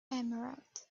emeralds